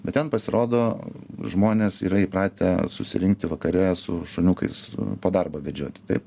bet ten pasirodo žmonės yra įpratę susirinkti vakare su šuniukais po darbo vedžioti taip